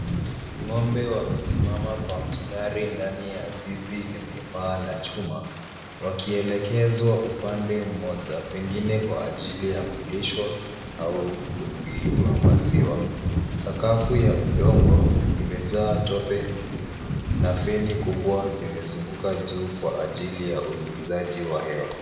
Ng'ombe wamesimama kwa mstari ndani ya zizi lenye paa la chuma wakielekezwa upande mmoja, pengine kwa ajili ya kulishwa au kupigwa maziwa. Sakafu ya udongo imejaa tope na feni kubwa zimezungukwa juu kwa ajili ya uingizaji wa hewa.